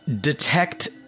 detect